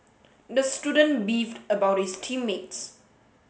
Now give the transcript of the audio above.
the student beefed about his team mates